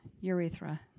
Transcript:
urethra